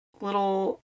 little